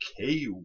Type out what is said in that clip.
okay